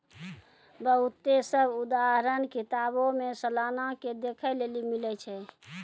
बहुते सभ उदाहरण किताबो मे सलाना के देखै लेली मिलै छै